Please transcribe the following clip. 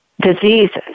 diseases